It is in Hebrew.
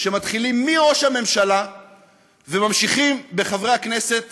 שמתחילים מראש הממשלה וממשיכים בחברי הכנסת